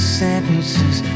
sentences